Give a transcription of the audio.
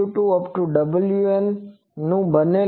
wNનુ બનેલું છે